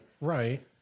Right